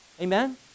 Amen